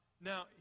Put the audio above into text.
Now